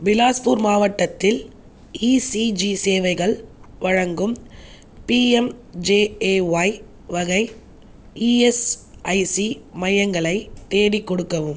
பிலாஸ்பூர் மாவட்டத்தில் இசிஜி சேவைகள் வழங்கும் பிஎம்ஜேஏஒய் வகை இஎஸ்ஐசி மையங்களை தேடிக் கொடுக்கவும்